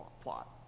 plot